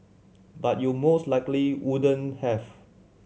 but you most likely wouldn't have